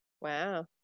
Wow